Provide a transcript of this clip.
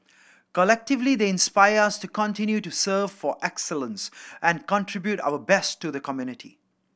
collectively they inspire us to continue to serve for excellence and contribute our best to the community